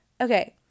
Okay